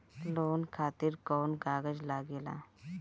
Loan खातिर कौन कागज लागेला?